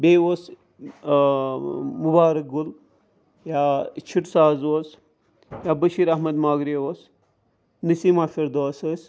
بیٚیہِ اوس مُبارک گُل یا چھِٹہٕ ساز اوس یا بشیٖر احمد ماگرے اوس نسیٖمہ فِردوس ٲس